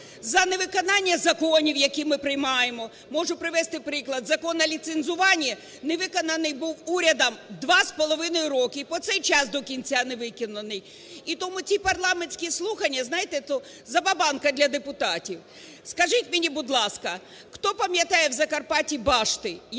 за невиконання законів, які ми приймаємо. Можу привести приклад, Закон о ліцензуванні не виконаний був урядом 2,5 роки, по цей час до кінця невиконаний. І тому ті парламентські слухання, знаєте, то забаганка для депутатів. Скажіть мені, будь ласка, хто пам'ятає в Закарпатті башти?